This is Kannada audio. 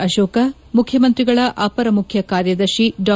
ಅಶೋಕ ಮುಖ್ಯಮಂತ್ರಿಗಳ ಅಪರ ಮುಖ್ಯ ಕಾರ್ಯದರ್ಶಿ ಡಾ